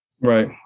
Right